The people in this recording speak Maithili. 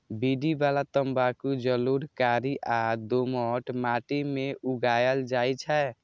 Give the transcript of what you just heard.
बीड़ी बला तंबाकू जलोढ़, कारी आ दोमट माटि मे उगायल जाइ छै